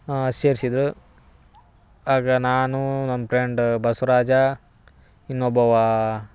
ಸೇರ್ಸಿದ್ರು ಆಗ ನಾನು ನನ್ನ ಪ್ರೆಂಡ್ ಬಸವರಾಜ ಇನ್ನೊಬ್ಬ ಅವಾ